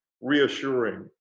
reassuring